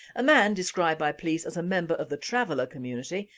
a man, described by police as a member of the traveller community,